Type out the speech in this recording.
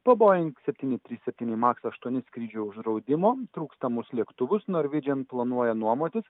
po boing septyni trys septyni maks aštuoni skrydžių uždraudimo trūkstamus lėktuvus norvidžian planuoja nuomotis